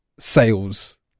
sales